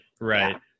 right